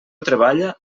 treballa